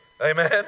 amen